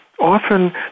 often